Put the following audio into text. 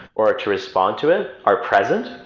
or to respond to it are present.